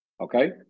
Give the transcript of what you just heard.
Okay